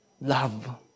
love